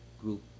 group